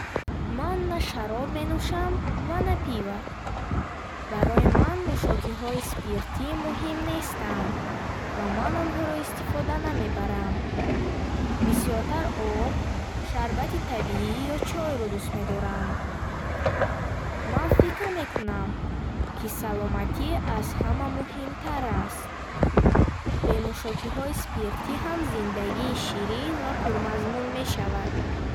Ман на шароб менӯшам ва на пиво. Барои ман нӯшокиҳои спиртӣ муҳим нестанд ва ман онҳоро истифода намебарам. Бисёртар об, шарбати табиӣ ё чойро дӯст медорам. Ман фикр мекунам, ки саломатӣ аз ҳама муҳимтар аст. Бе нӯшокиҳои спиртӣ ҳам зиндагӣ ширин ва пурмазмун мешавад.